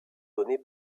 donnés